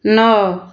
ନଅ